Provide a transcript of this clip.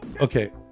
Okay